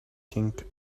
think